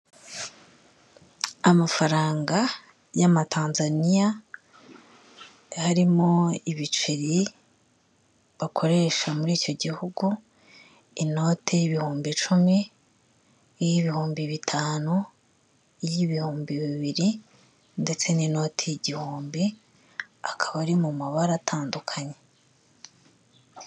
Amafaranga y'amatanzaniya, harimo ibiceri bakoresha muri icyo gihugu, inote y'ibihumbi icumi, iy'ibihumbi bitanu, y'ibihumbi bibiri ndetse n'inoti y' igihumbi, akaba ari mu mabara atandukanye,